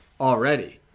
already